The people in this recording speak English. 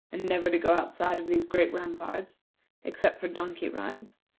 and never to go outside of these great ramparts except for donkey-rides,